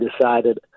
decided